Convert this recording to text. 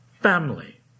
family